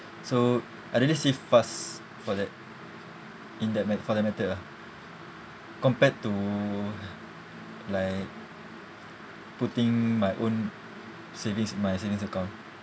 so I really save fast for that in that meth~ for that method ah compared to like putting my own savings in my savings account